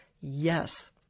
Yes